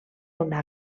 una